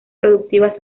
productivas